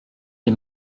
les